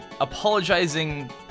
Apologizing